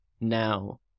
now